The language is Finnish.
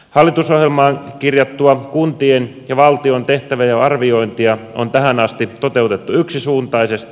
hallitusohjelmaan kirjattua kuntien ja valtion tehtävänjaon arviointia on tähän asti toteutettu yksisuuntaisesti